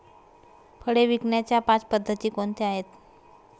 फळे विकण्याच्या पाच पद्धती कोणत्या आहेत?